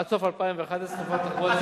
עד סוף 2011 תופעל תחבורה ציבורית,